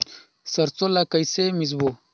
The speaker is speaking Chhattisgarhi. सरसो ला कइसे मिसबो?